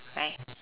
right